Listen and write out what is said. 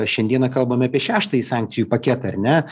šiandieną kalbam apie šeštąjį sankcijų paketą ar ne